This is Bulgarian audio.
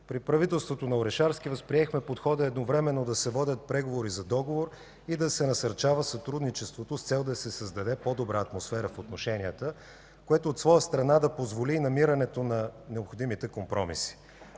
При правителството на Орешарски възприехме подхода едновременно да се водят преговори за договор и да се насърчава сътрудничеството с цел да се създаде по-добра атмосфера в отношенията, което от своя страна да позволи и намирането на необходимите компромиси.